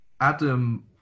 Adam